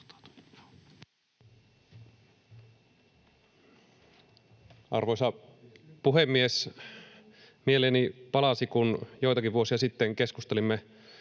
Arvoisa puhemies! Mieleeni palasi, kun joitakin vuosia sitten keskustelimme